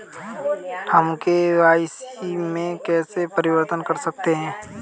हम के.वाई.सी में कैसे परिवर्तन कर सकते हैं?